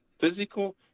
physical